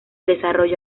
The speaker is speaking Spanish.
desarrollo